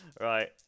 Right